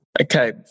Okay